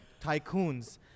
tycoons